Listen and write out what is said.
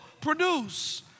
produce